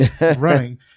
running